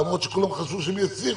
למרות שכולם חשבו שהם יצליחו,